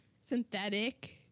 synthetic